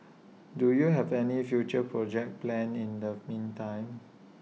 do you have any future projects planned in the meantime